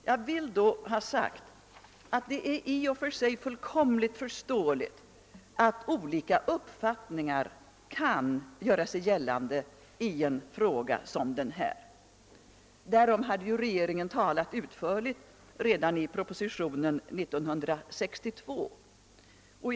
Jag vill framhålla att det i och för sig är helt förståeligt att olika uppfattningar kan göra sig gällande i en fråga som denna. Därom hade regeringen talat utförligt redan i propositionen år 1962.